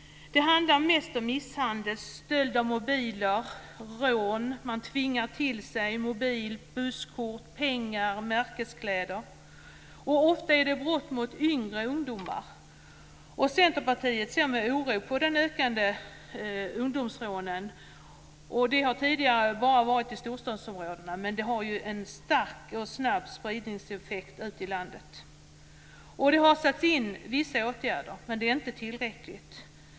Det handlar mest om misshandel och stölder av mobiltelefoner. Vid rån tvingar man till sig mobiltelefon, busskort, pengar och märkeskläder. Det är ofta fråga om brott mot yngre ungdomar. Centerpartiet ser med oro på ökningen av antalet ungdomsrån. Dessa har tidigare bara förekommit i storstadsområdena, men de sprider sig nu snabbt och starkt ut i landet. Det har satts in vissa åtgärder, men de är inte tillräckliga.